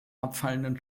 abfallenden